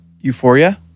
Euphoria